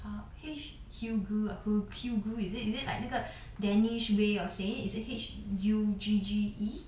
uh H hygge uh hy~ hygge is it is it like 那个 danish way of saying it H U G G E